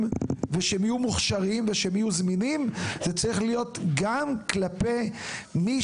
מוכשרים וזמינים זה צריך להיות גם כלפי מי